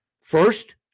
first